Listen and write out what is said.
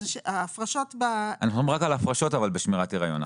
אבל אנחנו מדברים רק על הפרשות בשמירת הריון,